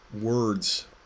words